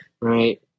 right